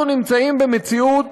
אנחנו נמצאים במציאות